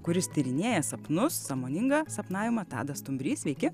kuris tyrinėja sapnus sąmoningą sapnavimą tadas stumbrys sveiki